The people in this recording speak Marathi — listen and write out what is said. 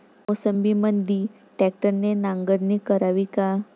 मोसंबीमंदी ट्रॅक्टरने नांगरणी करावी का?